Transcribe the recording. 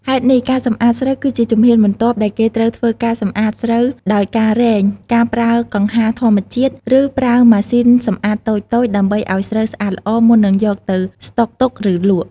ហេតុនេះ ការសម្អាតស្រូវ គឺជាជំហានបន្ទាប់ ដែលគេត្រូវធ្វើការសម្អាតស្រូវដោយការរែង ការប្រើកង្ហារធម្មជាតិ ឬប្រើម៉ាស៊ីនសម្អាតតូចៗ ដើម្បីឲ្យស្រូវស្អាតល្អ មុននឹងយកទៅស្តុកទុក ឬលក់។